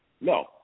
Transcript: No